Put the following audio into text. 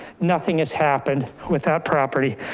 nothing has happened with that property.